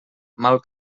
mal